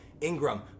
Ingram